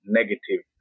negative